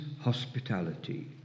hospitality